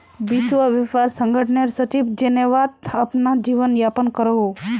विश्व व्यापार संगठनेर सचिव जेनेवात अपना जीवन यापन करोहो